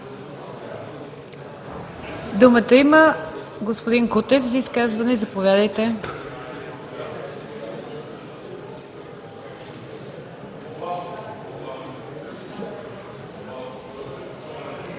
Думата има господин Кутев за изказване. Заповядайте.